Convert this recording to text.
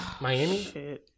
Miami